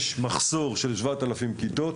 יש מחסור של 7,000 כיתות,